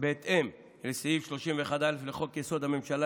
בהתאם לסעיף 31(א) לחוק-יסוד: הממשלה,